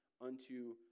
unto